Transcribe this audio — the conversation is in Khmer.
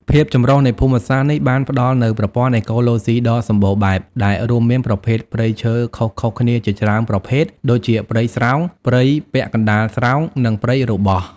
ភាពចម្រុះនៃភូមិសាស្ត្រនេះបានផ្តល់នូវ ប្រព័ន្ធអេកូឡូស៊ីដ៏សម្បូរបែប ដែលរួមមានប្រភេទព្រៃឈើខុសៗគ្នាជាច្រើនប្រភេទ ដូចជាព្រៃស្រោង ព្រៃពាក់កណ្តាលស្រោង និងព្រៃរបោះ។